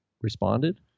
responded